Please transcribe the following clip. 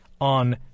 on